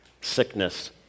sickness